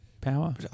power